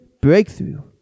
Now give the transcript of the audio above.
breakthrough